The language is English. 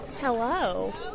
Hello